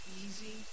easy